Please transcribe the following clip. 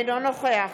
אינו נוכח